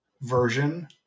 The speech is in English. version